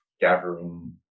gathering